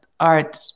art